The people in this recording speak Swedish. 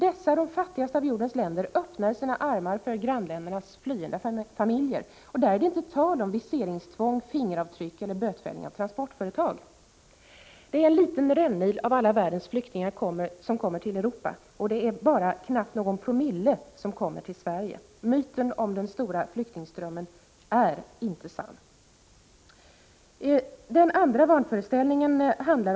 I de fattigaste av jordens länder öppnar man således sina armar och tar emot grannländernas flyende familjer. Där är det inte tal om viseringstvång, fingeravtryck eller bötfällning av transportföretag. Det är en liten rännil av alla världens flyktingar som kommer till Europa. Av dessa kommer mindre än några promille till Sverige. Talet om den stora flyktingströmmen är alltså inte sant. Sedan vill jag säga något om en annan vanföreställning som man har.